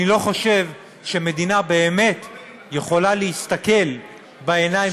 אני לא חושב שמדינה באמת יכולה להסתכל בעיניים